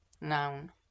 Noun